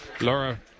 Laura